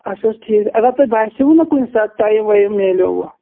اَچھا حظ ٹھیٖک اگر تۄہہِ باسٮ۪وٕ نا کُنہِ ساتہٕ ٹایم وایم میلٮ۪وٕ